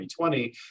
2020